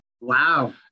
Wow